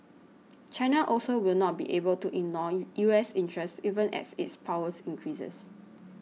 China also will not be able to ignore U S interests even as its power increases